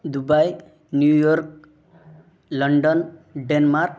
Dubai New York London Denmark